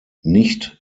nicht